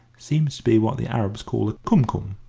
seems to be what the arabs call a kum-kum,